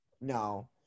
No